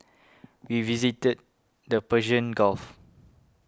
we visited the Persian Gulf